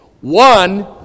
One